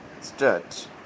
Start